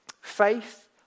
Faith